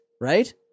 Right